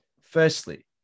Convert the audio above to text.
Firstly